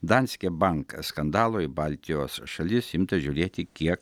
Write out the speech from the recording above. danske bank skandalo į baltijos šalis imta žiūrėti kiek